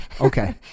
Okay